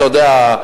אתה יודע,